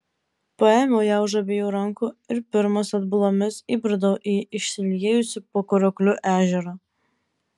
paėmiau ją už abiejų rankų ir pirmas atbulomis įbridau į išsiliejusį po kriokliu ežerą